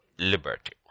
liberty